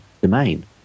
domain